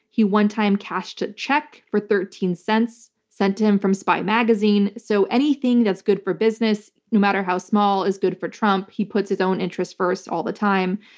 he one time cashed a check for thirteen cents sent to him from spy magazine, so anything that's good for business, no matter how small, is good for trump. he puts his own interests first all the time.